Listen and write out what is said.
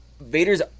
Vader's